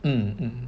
mm mm